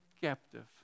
captive